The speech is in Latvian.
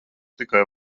tikai